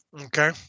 Okay